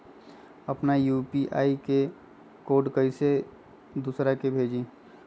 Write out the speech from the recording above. अपना यू.पी.आई के कोड कईसे दूसरा के भेजी?